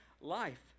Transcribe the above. life